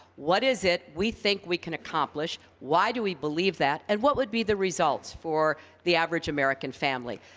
what is it we think we can accomplish, why do we believe that, and what would be the results for the average american family?